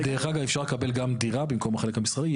דרך אגב, אפשר לקבל גם דירה במקום החלק המסחרי.